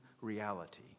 reality